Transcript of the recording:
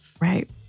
Right